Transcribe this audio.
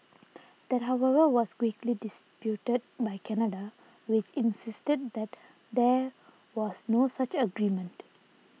that however was quickly disputed by Canada which insisted that there was no such agreement